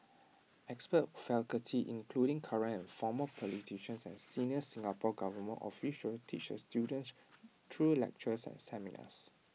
expert faculty including current and former politicians and senior Singapore Government officials teach the students through lectures and seminars